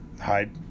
hide